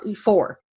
four